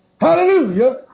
Hallelujah